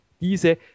diese